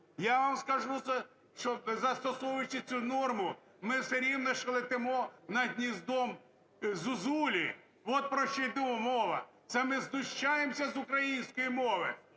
Я вам скажу, що застосовуючи цю норму, ми все рівно, що летимо над гніздом зозулі. От про що йде мова. Це ми знущаємося з української мови,